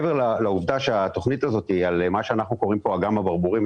מעבר לעובדה שהתכנית הזאת היא על אגם הברבורים,